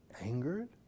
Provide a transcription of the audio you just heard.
Angered